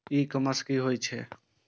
ई commerce की होय छेय?